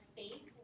faith